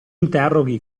interroghi